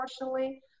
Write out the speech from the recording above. unfortunately